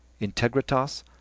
integritas